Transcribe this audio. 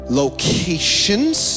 locations